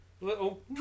little